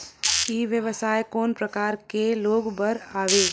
ई व्यवसाय कोन प्रकार के लोग बर आवे?